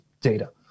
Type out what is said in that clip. data